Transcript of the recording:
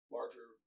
Larger